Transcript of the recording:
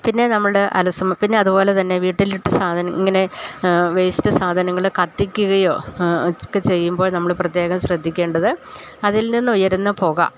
പിന്നെ നമ്മളുടെ അലസം പിന്നെ അതുപോലെ തന്നെ വീട്ടിലിട്ട് സാധനം ഇങ്ങനെ വേസ്റ്റ് സാധനങ്ങള് കത്തിക്കുകയൊ ഒക്കെ ചെയ്യുമ്പോൾ നമ്മള് പ്രത്യേകം ശ്രദ്ധിക്കേണ്ടത് അതിൽ നിന്ന് ഉയരുന്ന പുക